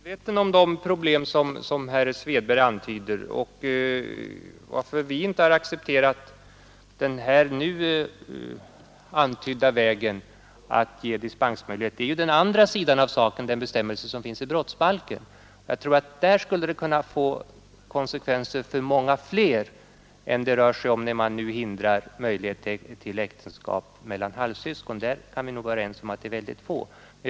Herr talman! Jag är medveten om det problem som herr Svedberg berör. Att vi under utskottsbehandlingen inte accepterat den nu antydda vägen med dispensmöjligheter sammanhänger med den andra sidan av saken — de bestämmelser som finns i brottsbalken. Där skulle det nog kunna få konsekvenser för många fler än dem det rör sig om när man nu förhindrar äktenskap mellan halvsyskon. Beträffande det senare kan vi väl vara överens om att sådana fall är ytterst få.